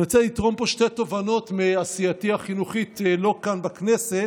אני רוצה לתרום פה שתי תובנות מעשייתי החינוכית לא כאן בכנסת,